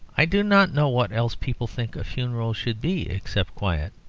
i do not know what else people think a funeral should be except quiet.